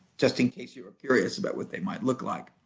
just in case you were curious about what they might look like.